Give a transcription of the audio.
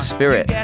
spirit